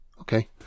Okay